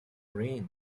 range